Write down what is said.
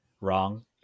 wrong